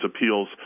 appeals